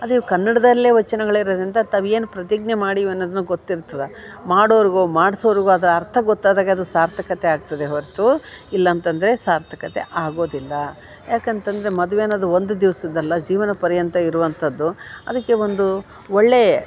ಅದೇ ಕನ್ನಡದಲ್ಲೆ ವಚನಗಳಿರೋದಿಂದ ತಾವು ಏನು ಪ್ರತಿಜ್ಞೆ ಮಾಡೀವನ್ನೋದ್ನು ಗೊತ್ತಿರ್ತದೆ ಮಾಡೋರ್ಗು ಮಾಡ್ಸೋರ್ಗು ಅದು ಅರ್ಥ ಗೊತ್ತಾದಾಗದು ಸಾರ್ಥಕತೆ ಆಗ್ತದೆ ಹೊರ್ತು ಇಲ್ಲಂತಂದರೆ ಸಾರ್ಥಕತೆ ಆಗೋದಿಲ್ಲ ಯಾಕಂತಂದರೆ ಮದುವೆ ಅನ್ನೋದು ಒಂದು ದಿವ್ಸದ್ದಲ್ಲ ಜೀವನ ಪರ್ಯಂತ ಇರುವಂಥದ್ದು ಅದಕ್ಕೆ ಒಂದು ಒಳ್ಳೆಯ